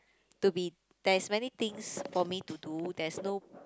to be there's many things for me to do there's no